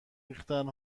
ریختن